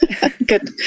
good